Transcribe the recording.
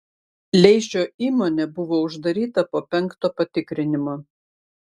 leišio įmonė buvo uždaryta po penkto patikrinimo